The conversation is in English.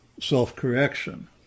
self-correction